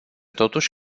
totuși